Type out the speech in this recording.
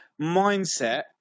mindset